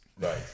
Right